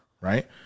right